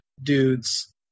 dudes